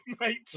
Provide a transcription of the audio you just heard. mate